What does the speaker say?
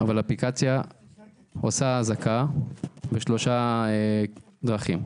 עושה אזעקה בשלוש דרכים: